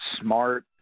smart